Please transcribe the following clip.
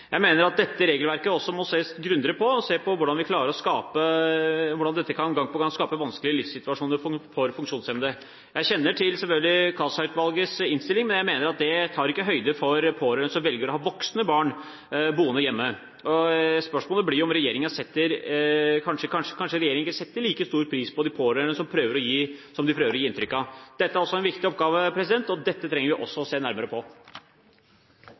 Jeg mener at dette regelverket også må ses grundigere på, og se på hvordan dette gang på gang kan skape vanskelige livssituasjoner for funksjonshemmede. Jeg kjenner selvfølgelig til Kaasa-utvalgets innstilling, men jeg mener at den ikke tar høyde for pårørende som velger å ha voksne barn boende hjemme. Spørsmålet blir jo om regjeringen kanskje ikke setter like stor pris på de pårørende som det de prøver å gi inntrykk av. Dette er også en viktig oppgave, og dette trenger vi også å se nærmere på.